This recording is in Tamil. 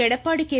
எடப்பாடி கே